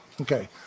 Okay